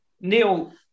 Neil